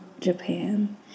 Japan